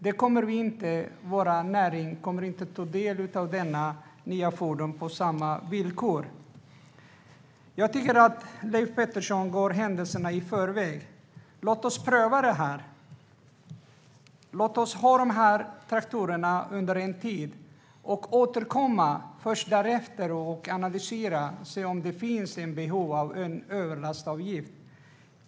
Vår näring kommer inte att få del av detta nya fordon på samma villkor. Jag tycker att Leif Pettersson går händelserna i förväg. Låt oss pröva det här! Låt oss ha de här traktorerna under en tid och sedan återkomma, analysera och se om det finns ett behov av en överlastavgift!